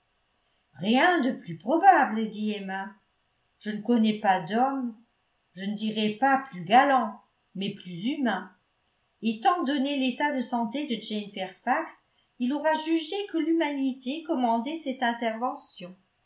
rien de plus probable dit emma je ne connais pas d'homme je ne dirai pas plus galant mais plus humain étant donné l'état de santé de jane fairfax il aura jugé que l'humanité commandait cette intervention